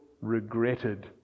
regretted